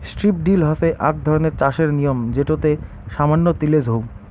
strip drill হসে আক ধরণের চাষের নিয়ম যেটোতে সামান্য তিলেজ হউ